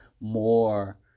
more